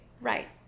Right